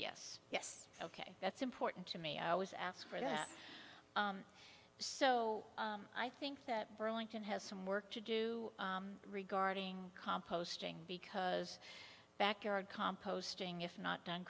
yes yes ok that's important to me i always ask for it so i think that burlington has some work to do regarding composting because backyard composting if not done